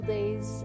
days